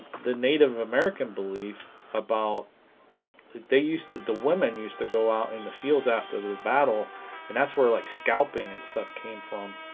the native american belief about they used that the women used to go out in the fields after the battle and that's where like scalping and stuff came from